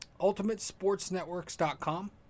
ultimatesportsnetworks.com